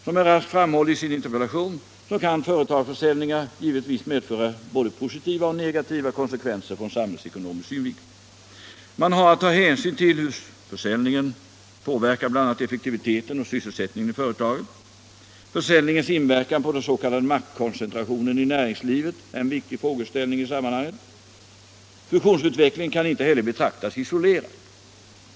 Som herr Rask framhåller i sin interpellation kan företagsförsäljningar givetvis medföra både positiva och negativa konsekvenser ur samhällsekonomisk synvinkel. Man har att ta hänsyn till hur försäljningen påverkar bl.a. effektiviteten och sysselsättningen i företagen. Försäljningens inverkan på den s.k. maktkoncentrationen i näringslivet är en viktig frågeställning i sammanhanget. Fusionsutvecklingen kan inte heller betraktas isolerad.